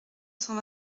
cent